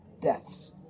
deaths